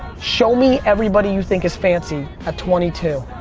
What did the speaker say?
show me everybody you think is fancy at twenty two.